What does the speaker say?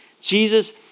Jesus